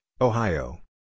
Ohio